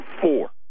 four